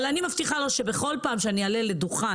אבל אני מבטיחה לו שבכל פעם שאני אעלה לדוכן